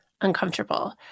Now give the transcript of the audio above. uncomfortable